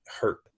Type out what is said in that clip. hurt